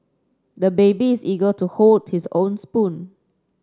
the baby is eager to hold his own spoon